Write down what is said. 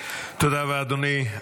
תודה רבה, אדוני.